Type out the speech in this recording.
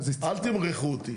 אל תמרחו אותי.